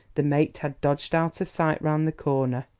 the mate had dodged out of sight round the corner.